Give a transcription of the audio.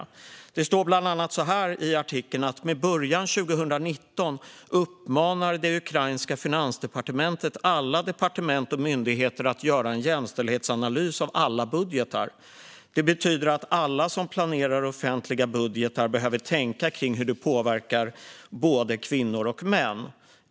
I artikeln står det bland annat så här: "Med början 2019 uppmanar det ukrainska finansdepartementet alla departement och myndigheter att göra en jämställdhetsanalys av alla budgetar. Det betyder att alla som planerar offentliga budgetar behöver tänka till kring hur det påverkar kvinnor och män.